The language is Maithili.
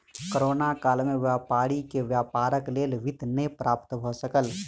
कोरोना काल में व्यापारी के व्यापारक लेल वित्त नै प्राप्त भ सकल